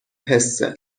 حسه